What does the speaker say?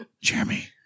Jeremy